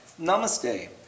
Namaste